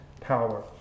power